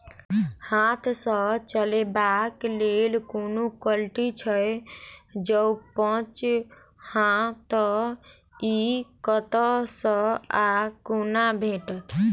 हाथ सऽ चलेबाक लेल कोनों कल्टी छै, जौंपच हाँ तऽ, इ कतह सऽ आ कोना भेटत?